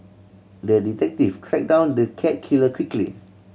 the detective track down the cat killer quickly